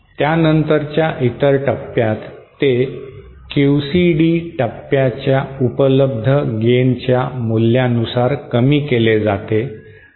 त्यानंतरच्या इतर टप्प्यात ते QCD टप्प्याच्या उपलब्ध गेनच्या मूल्यानुसार कमी केले जाते